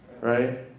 right